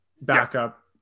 backup